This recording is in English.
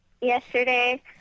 yesterday